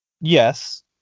yes